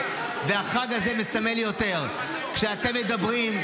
--- החג הזה מסמל יותר: כשאתם מדברים,